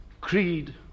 creed